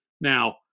Now